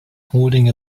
holding